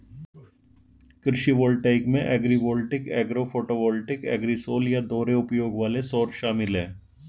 कृषि वोल्टेइक में agrivoltaic agro photovoltaic agrisol या दोहरे उपयोग वाले सौर शामिल है